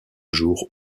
jours